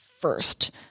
first